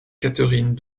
catherine